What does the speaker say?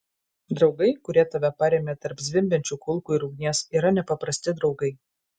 draugai kurie tave parėmė tarp zvimbiančių kulkų ir ugnies yra nepaprasti draugai